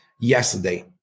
yesterday